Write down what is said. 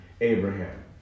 Abraham